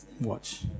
watch